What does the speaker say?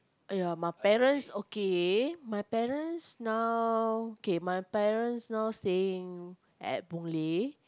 !aiya! my parents okay my parents now K my parents now staying at Boon-Lay